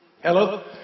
Hello